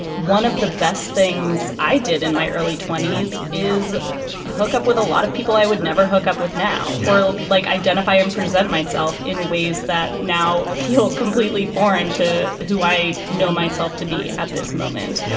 one of the best things i did in my early twenty s is hook up with a lot of people i would never hook up with now or like identify and present myself in ways that now feel completely foreign to who i know myself to be at this moment. yeah